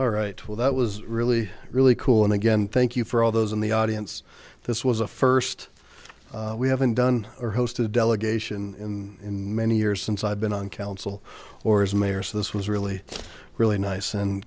all right well that was really really cool and again thank you for all those in the audience this was a first we haven't done or hosted a delegation in many years since i've been on council or as mayor so this was really really nice and